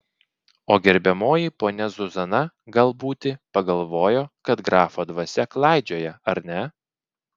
o gerbiamoji ponia zuzana gal būti pagalvojo kad grafo dvasia klaidžioja ar ne